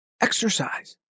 exercise